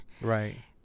Right